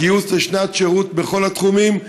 הגיוס לשנת שירות בכל התחומים,